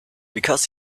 because